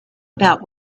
about